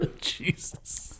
Jesus